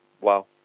wow